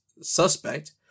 suspect